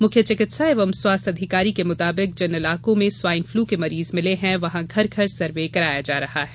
मुख्य चिकित्सा एवं स्वास्थ्य अधिकारी के मुताबिक जिन इलाकों में स्वाइन फ्लू के मरीज मिले हैं वहां घर घर सर्वे कराया जा रहा है